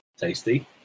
Tasty